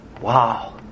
Wow